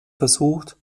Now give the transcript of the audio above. versucht